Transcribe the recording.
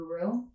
guru